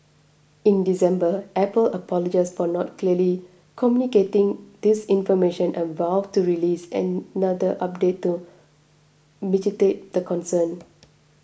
in December Apple apologised for not clearly communicating this information and vowed to release another update to mitigate the concern